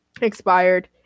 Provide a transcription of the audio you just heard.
expired